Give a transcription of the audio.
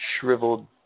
shriveled